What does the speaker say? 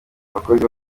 abakozi